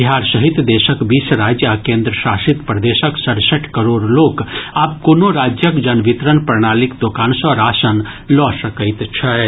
बिहार सहित देशक बीस राज्य आ केन्द्र शासित प्रदेशक सड़सठि करोड़ लोक आब कोनो राज्यक जन वितरण प्रणालीक दोकान सॅ राशन लऽ सकैत छथि